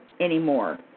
Anymore